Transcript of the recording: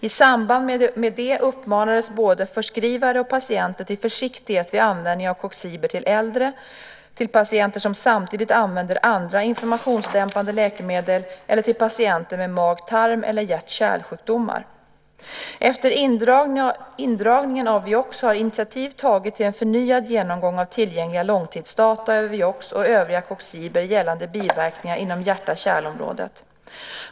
I samband med det uppmanades både förskrivare och patienter till försiktighet vid användning av coxiber till äldre, till patienter som samtidigt använder andra inflammationsdämpande läkemedel eller till patienter med mag-tarm eller hjärt-kärlsjukdomar. Efter indragningen av Vioxx har initiativ tagits till en förnyad genomgång av tillgängliga långtidsdata över Vioxx och övriga coxiber gällande biverkningar inom hjärt-kärlområdet.